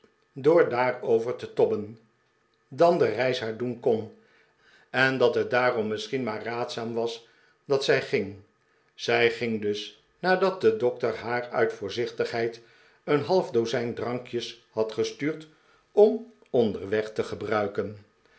door daarover te tobben dan de reis haar doen kon en dat het daarom misschien maar raadzaam was dat zij ging zij ging dus nadat de dokter haar uit voorzichtigheid een half dozijn drankjes had gestuurd om onderweg te gebruiken